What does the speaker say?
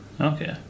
Okay